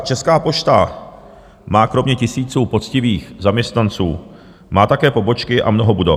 Česká pošta má kromě tisíců poctivých zaměstnanců také pobočky a mnoho budov.